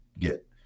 get